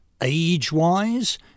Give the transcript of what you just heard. Age-wise